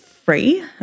Free